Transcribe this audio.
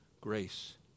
grace